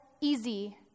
easy